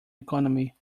economy